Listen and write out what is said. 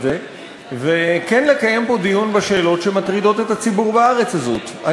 זה וכן לקיים פה דיון בשאלות שמטרידות את הציבור בארץ הזאת.